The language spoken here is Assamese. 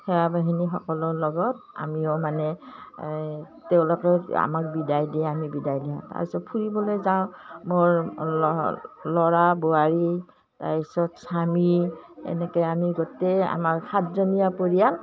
সেৱা বাহিনীসকলৰ লগত আমিও মানে তেওঁলোকে আমাক বিদায় দিয়ে আমি বিদায় দিওঁ তাৰ পিছত ফুৰিবলৈ যাওঁ মোৰ ল'ৰা বোৱাৰী তাৰ পিছত স্বামী এনেকৈ আমি গোটেই আমাৰ সাতজনীয়া পৰিয়াল